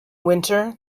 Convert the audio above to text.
winter